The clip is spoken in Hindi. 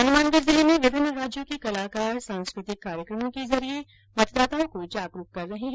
हनुमानगढ़ जिले में विभिन्न राज्यों के कलाकार सांस्कृतिक कार्यक्रमों के जरिये मतदाताओं को जागरूक कर रहे है